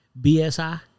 BSI